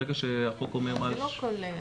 ברגע שהחוק אומר --- אז זה לא כל אתר.